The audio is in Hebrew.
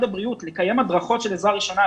החינוך לקיים היום הדרכות של עזרה ראשונה,